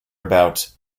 about